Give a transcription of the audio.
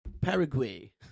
Paraguay